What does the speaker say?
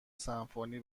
سمفونی